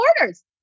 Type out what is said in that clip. orders